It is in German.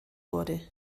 wurde